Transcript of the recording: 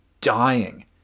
dying